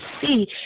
see